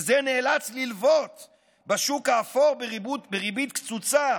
וזה נאלץ ללוות בשוק האפור בריבית קצוצה,